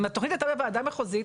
אם התוכנית הייתה בוועדה מחוזית,